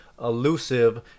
elusive